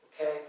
Okay